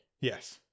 Yes